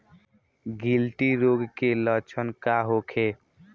गिल्टी रोग के लक्षण का होखे?